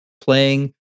playing